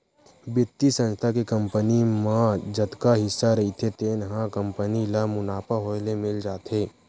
बित्तीय संस्था के कंपनी म जतका हिस्सा रहिथे तेन ह कंपनी ल मुनाफा होए ले मिल जाथे